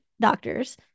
doctors